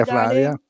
Flavia